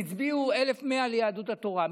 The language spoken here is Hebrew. הצביעו 1,100 ליהדות התורה.